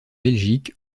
belgique